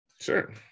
Sure